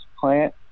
plant